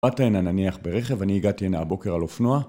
באת הנה נניח ברכב, אני הגעתי הנה הבוקר על אופנוע